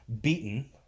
beaten